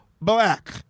black